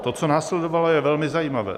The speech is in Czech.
To, co následovalo, je velmi zajímavé.